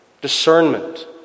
Discernment